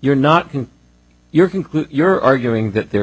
you're not your conclude you're arguing that there